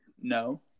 No